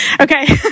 Okay